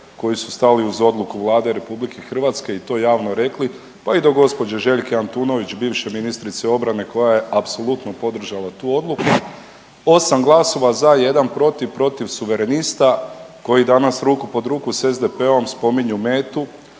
koji su stali uz odluku Vlade RH i to javno rekli pa i do gospođe Željke Antunović bivše ministrice obrane koja je apsolutno podržala tu odluku. Osam glasova za, jedan protiv, protiv Suverenista koji danas ruku pod ruku s SDP-om spominju metu.